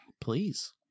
Please